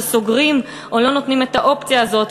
סוגרים או לא נותנים את האופציה הזאת,